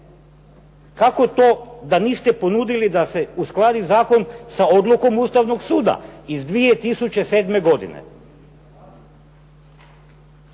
kako to da niste ponudili da se uskladi zakon sa odlukom Ustavnog suda iz 2007. godine.